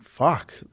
fuck